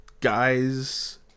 Guys